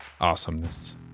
awesomeness